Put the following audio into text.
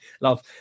love